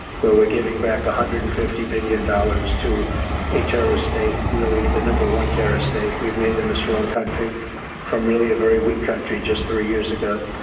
where we're giving back one ah hundred and fifty billion dollars to a terrorist state, really the number one terrorist state, we've made them a strong country from, really, a very weak country just three years ago.